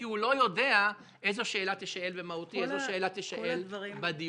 כי הוא לא יודע איזו שאלה תישאל במהותי ואיזו שאלה תישאל בדיוני.